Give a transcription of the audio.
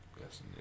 yes